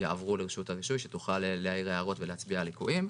יעברו לרשות הרישוי כדי שתוכל להעיר הערות ולהצביע על ליקויים.